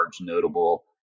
notable